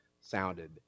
sounded